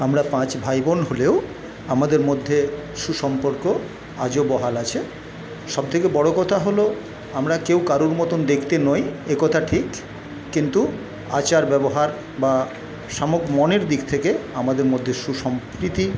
আমরা পাঁচ ভাইবোন হলেও আমাদের মধ্যে সুসম্পর্ক আজও বহাল আছে সব থেকে বড়ো কথা হলো আমরা কেউ কারোর মতন দেখতে নই একথা ঠিক কিন্তু আচার ব্যবহার বা সাম্যক মনের দিক থেকে আমাদের মধ্যে সুসম্প্রীতি